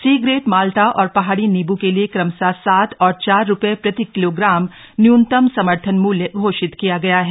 सी grade माल्टा और पहाड़ी नींबू के लिए क्रमशः सात और चार रुपये प्रति किलोग्राम न्यूनतम समर्थन मूल्य घोषित किया गया है